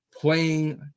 playing